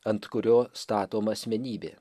ant kurio statoma asmenybė